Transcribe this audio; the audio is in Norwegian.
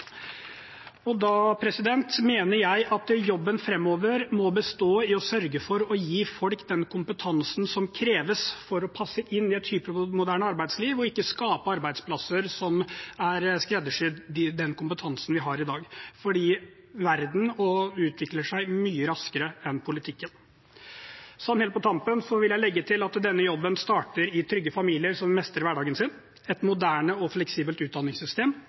Da mener jeg at jobben framover må bestå i å sørge for å gi folk den kompetansen som kreves for å passe inn i et hypermoderne arbeidsliv, og ikke skape arbeidsplasser som er skreddersydd den kompetansen vi har i dag. For verden utvikler seg mye raskere enn politikken. Helt på tampen vil jeg legge til at denne jobben starter i trygge familier som mestrer hverdagen sin, et moderne og fleksibelt utdanningssystem